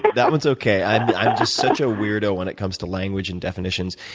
that one's okay. i'm just such a weirdo when it comes to language and definitions.